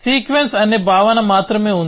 sequence అనే భావన మాత్రమే ఉంది